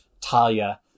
Talia